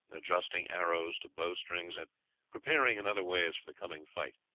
adjusting arrows to bowstrings, and preparing in other ways for the coming fight.